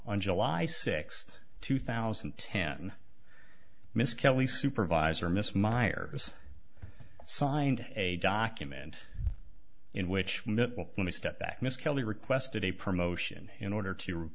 on july sixth two thousand and ten miss kelly supervisor miss meyers signed a document in which let me step back miss kelly requested a promotion in order to